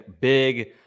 big